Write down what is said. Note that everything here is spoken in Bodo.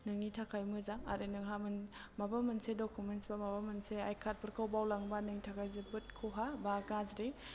नोंनि थाखाय मोजां आरो नोंहा मोन माबा मोनसे डकमेन्स बा माबा मोनसे आयकादफोरखौ बावलांबा नोंनि थाखाय जोबोद खहा बा गाज्रि